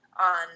on